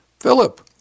Philip